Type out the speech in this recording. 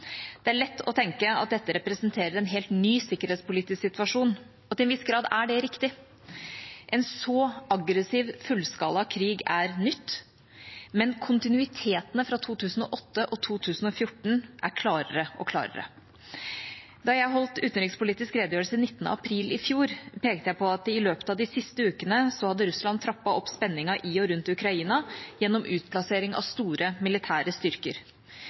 Det er lett å tenke at dette representerer en helt ny sikkerhetspolitisk situasjon, og til en viss grad er det riktig. En så aggressiv fullskala krig er noe nytt, men kontinuiteten fra 2008 og 2014 er klarere og klarere. Da jeg holdt utenrikspolitisk redegjørelse 19. april i fjor, pekte jeg på at i løpet av de siste ukene hadde Russland trappet opp spenningen i og rundt Ukraina gjennom utplassering av store militære styrker.